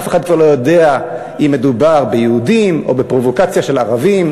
אף אחד כבר לא יודע אם מדובר ביהודים או בפרובוקציה של ערבים.